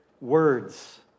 words